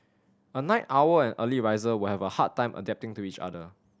a night owl and early riser will have a hard time adapting to each other